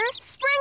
Spring